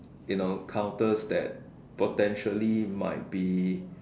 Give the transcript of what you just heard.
you know counters that potentially might be